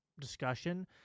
discussion